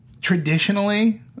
Traditionally